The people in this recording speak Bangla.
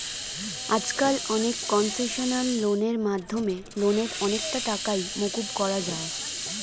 আজকাল অনেক কনসেশনাল লোনের মাধ্যমে লোনের অনেকটা টাকাই মকুব করা যায়